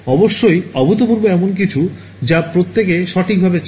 অবশ্যই অভূতপূর্ব এমন কিছু যা প্রত্যেকে সঠিকভাবে চায়